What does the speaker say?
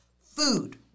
Food